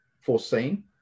foreseen